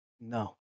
No